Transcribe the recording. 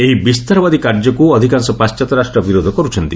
ଏହି ବିସ୍ତାରବାଦି କାର୍ଯ୍ୟକୁ ଅଧିକାଂଶ ପାଶ୍ଚାତ୍ୟ ରାଷ୍ଟ୍ର ବିରୋଧ କରୁଛନ୍ତି